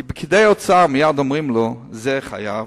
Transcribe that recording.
כי פקידי האוצר מייד אומרים לו: זה חייב,